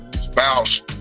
spouse